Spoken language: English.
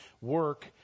work